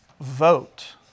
vote